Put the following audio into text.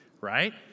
right